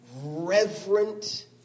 reverent